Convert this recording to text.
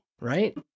right